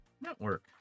network